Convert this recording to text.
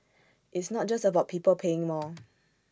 it's not just about people paying more